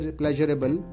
pleasurable